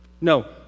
No